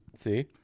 See